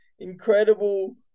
Incredible